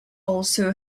also